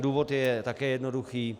Důvod je také jednoduchý.